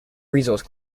resource